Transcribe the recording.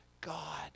God